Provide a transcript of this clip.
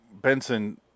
Benson